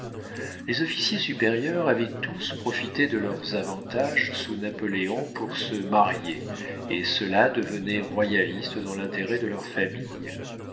les officiers supérieurs avaient tous profité de leurs avantages sous napoléon pour se marier et ceux-là devenaient royalistes dans l'intérêt de leurs familles